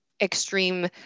extreme